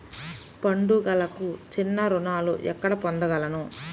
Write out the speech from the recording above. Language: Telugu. పండుగలకు చిన్న రుణాలు ఎక్కడ పొందగలను?